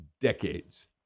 decades